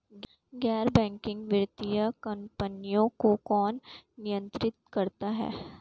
गैर बैंकिंग वित्तीय कंपनियों को कौन नियंत्रित करता है?